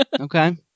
Okay